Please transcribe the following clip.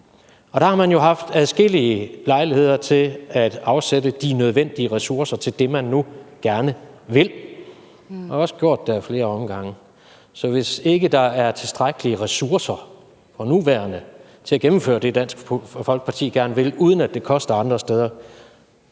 og der har man haft adskillige lejligheder til at afsætte de nødvendige ressourcer til det, man nu gerne vil, og man har også gjort det af flere omgange. Så hvis ikke der er tilstrækkelige ressourcer for nuværende til at gennemføre det, som Dansk Folkeparti gerne vil, uden at det koster andre steder,